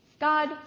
God